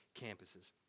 campuses